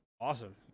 awesome